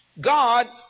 God